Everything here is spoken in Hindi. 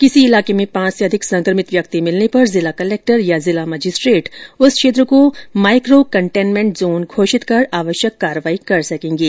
किसी इलाके में पांच से अधिक संक्रमित व्यक्ति मिलने पर जिला कलेक्टर या जिला मजिस्ट्रेट उस क्षेत्र को माइक्रो कंटेनमेंट जोन घोषित कर आवश्यक कार्यवाही कर सकेंगे